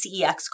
CEX